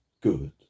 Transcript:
good